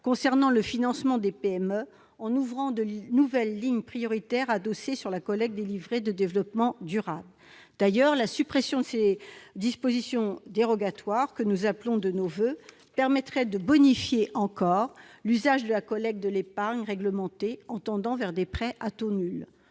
concernant le financement des PME, en ouvrant de nouvelles lignes prioritaires adossées sur la collecte des livrets de développement durable. D'ailleurs, la suppression de ces dispositions dérogatoires, que nous appelons de nos voeux, permettrait de bonifier encore l'usage de la collecte de l'épargne réglementée en tendant vers des prêts à taux nul,